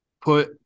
put